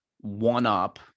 one-up